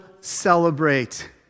celebrate